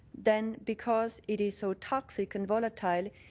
then because it is so toxic and volatile,